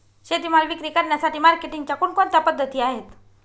शेतीमाल विक्री करण्यासाठी मार्केटिंगच्या कोणकोणत्या पद्धती आहेत?